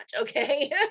Okay